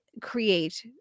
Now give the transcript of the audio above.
create